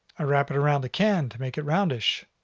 ah wrap it around a can to make it roundish,